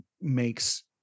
makes